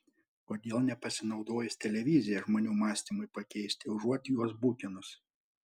kodėl nepasinaudojus televizija žmonių mąstymui pakeisti užuot juos bukinus